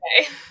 okay